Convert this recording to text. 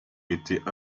étaient